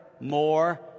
more